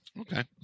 Okay